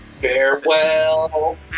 farewell